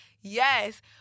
yes